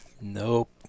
Nope